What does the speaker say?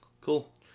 Cool